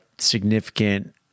Significant